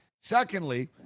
secondly